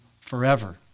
forever